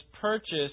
purchased